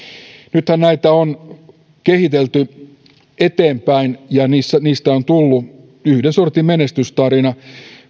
nythän näitä on kehitelty eteenpäin ja niistä on tullut yhden sortin menestystarina